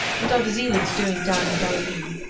what are the zealots doing down in galilee?